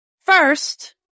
first